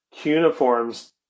cuneiforms